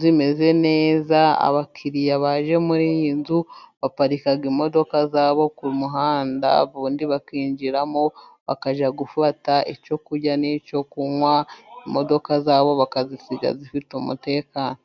zimeze neza, abakiriya baje muri iyi nzu baparikaga imodoka zabo ku muhanda, ubundi bakinjiramo bakaja gufata icyo kurya n'icyo kunywa. Imodoka zabo bakazisiga zifite umutekano.